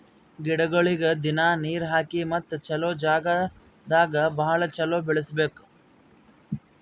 ಗಿಡಗೊಳಿಗ್ ದಿನ್ನಾ ನೀರ್ ಹಾಕಿ ಮತ್ತ ಚಲೋ ಜಾಗ್ ದಾಗ್ ಭಾಳ ಚಲೋ ಬೆಳಸಬೇಕು